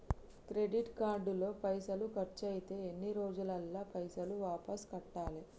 Credit card లో పైసల్ ఖర్చయితే ఎన్ని రోజులల్ల పైసల్ వాపస్ కట్టాలే?